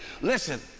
listen